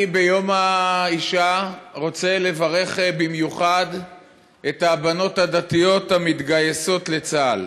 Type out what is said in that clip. ביום האישה אני רוצה לברך במיוחד את הבנות הדתיות המתגייסות לצה"ל.